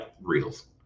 reels